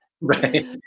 Right